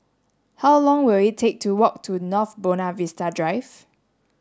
how long will it take to walk to North Buona Vista Drive